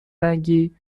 رنگی